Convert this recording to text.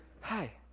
hi